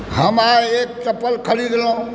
हम आइ एक चप्पल खरीदलहुँ